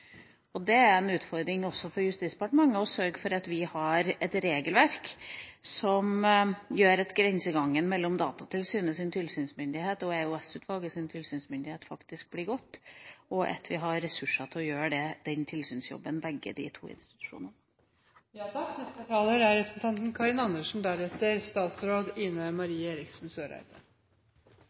Det er en utfordring også for Justisdepartementet å sørge for at vi har et regelverk som gjør at grenseoppgangen mellom Datatilsynets tilsynsmyndighet og EOS-utvalgets tilsynsmyndighet faktisk blir gått opp, og at begge de to institusjonene har ressurser til å gjøre den tilsynsjobben.